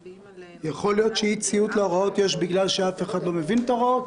יכול להיות שיש אי-ציות להוראות בגלל שאף אחד לא מבין את ההוראות,